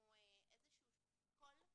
איזשהו קול,